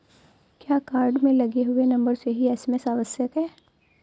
क्या कार्ड में लगे हुए नंबर से ही एस.एम.एस आवश्यक है?